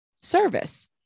service